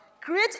Create